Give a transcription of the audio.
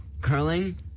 Curling